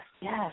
yes